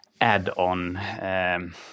add-on